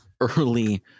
early